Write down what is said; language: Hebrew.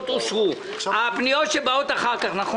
הצבעה בעד הפניות רוב נגד מיעוט נמנעים אין פניות 456 עד 457 אושרו.